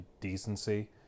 decency